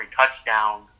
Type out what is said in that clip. touchdown